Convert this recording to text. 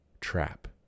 trap